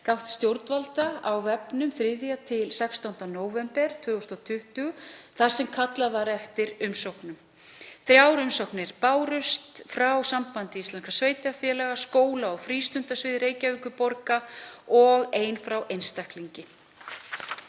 stjórnvalda á vefnum 3. til 16. nóvember 2020 þar sem kallað var eftir umsóknum. Þrjár umsagnir bárust frá Sambandi íslenskra sveitarfélaga, skóla- og frístundasviði Reykjavíkurborgar og ein frá einstaklingi.